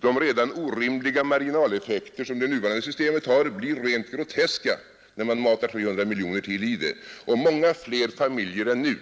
De orimliga marginaleffekter som redan det nuvarande systemet har blir rent groteska när man matar in 300 miljoner till i det, och många fler familjer än nu